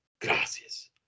Gracias